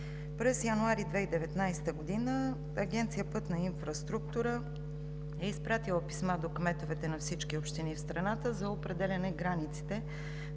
През януари 2019 г. Агенция „Пътна инфраструктура“ е изпратила писма до кметовете на всички общини в страната за определяне границите